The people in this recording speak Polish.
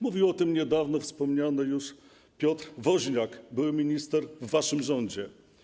Mówił o tym niedawno wspomniany już Piotr Woźniak, były minister w waszym rządzie.